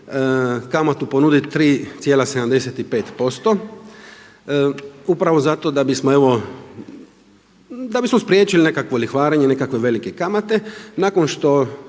kamatu ponuditi 3,75% upravo zato da bismo evo, da bismo spriječili nekakvo lihvarenje, nekakve velike kamate. Nakon što